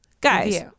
Guys